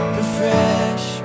refresh